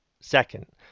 Second